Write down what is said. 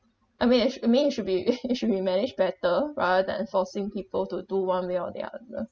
I mean it should I mean it should be it should be managed better rather than forcing people to do one way or the other